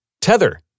Tether